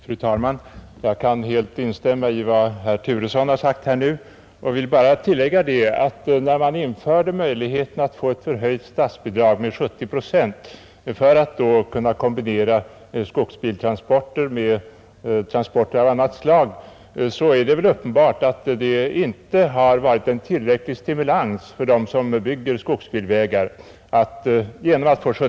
Fru talman! Jag kan helt instämma i vad herr Turesson sagt och vill bara tillägga att möjligheten att få ett till 70 procent eller mer förhöjt statsbidrag för att kunna kombinera skogsbiltransporter med transporter av annat slag uppenbarligen inte varit tillräcklig för att stimulera dem som bygger skogsbilvägar.